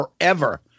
forever